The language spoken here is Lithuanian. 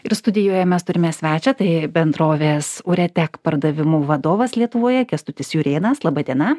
ir studijoje mes turime svečią tai bendrovės uretek pardavimų vadovas lietuvoje kęstutis jurėnas laba diena